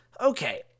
Okay